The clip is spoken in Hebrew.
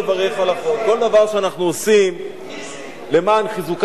כל דבר שאנחנו עושים למען חיזוקה של ירושלים,